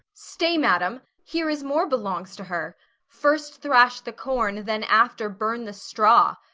stay, madam, here is more belongs to her first thrash the corn, then after burn the straw.